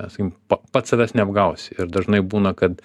sakykim pa pats savęs neapgausi ir dažnai būna kad